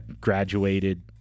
graduated